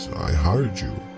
i hired you,